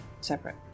separate